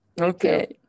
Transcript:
Okay